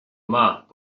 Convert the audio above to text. maith